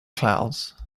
clouds